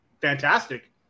fantastic